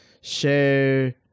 share